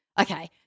Okay